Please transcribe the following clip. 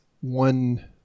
one